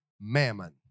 mammon